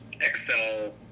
Excel